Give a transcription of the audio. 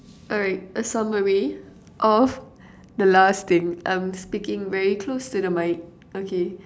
alright a summary of the last thing I'm speaking very close to the mic okay